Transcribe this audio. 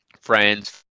friends